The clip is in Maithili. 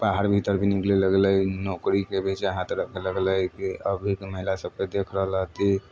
बाहर भीतर भी निकले लगलै नौकरी के भी चाहत रखे लगलै की अभी के महिला सब के देख रहल हती